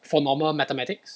for normal mathematics